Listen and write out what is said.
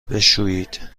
بشویید